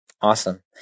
Awesome